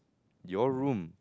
your room